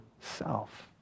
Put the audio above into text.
self